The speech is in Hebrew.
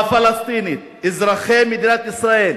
הפלסטינית, אזרחי מדינת ישראל,